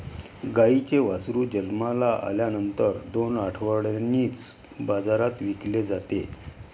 गाईचे वासरू जन्माला आल्यानंतर दोन आठवड्यांनीच बाजारात विकले जाते